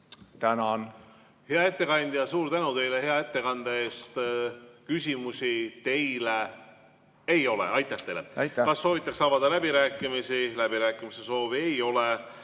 Hea ettekandja, suur tänu teile hea ettekande eest! Küsimusi teile ei ole. Aitäh teile! Kas soovitakse avada läbirääkimisi? Läbirääkimiste soovi ei ole.